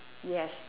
yes